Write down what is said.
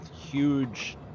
huge